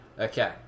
Okay